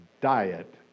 diet